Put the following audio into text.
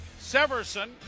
Severson